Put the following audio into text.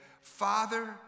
Father